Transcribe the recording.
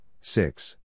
six